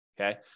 Okay